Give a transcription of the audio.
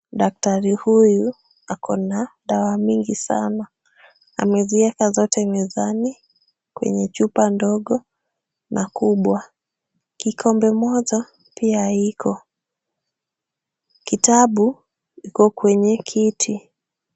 Daktari huyu akona dawa mingi sana, amezieka zote mezani kwenye chupa ndogo na kubwa. Kikombe kimoja pia iko. Kitabu iko kwenye kiti.